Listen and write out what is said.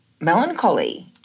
melancholy